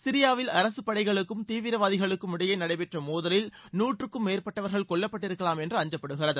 சிரியாவில் அரசுப் படைகளுக்கும் தீவிரவாதிகளுக்கும் இடையே நடைபெற்ற மோதலில் நூற்றுக்கும் மேற்பட்டவர்கள் கொல்லப்பட்டிருக்கலாம் என்று அஞ்சுப்படுகிறது